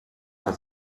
das